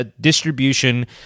distribution